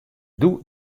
doe